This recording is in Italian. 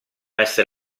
esser